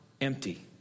empty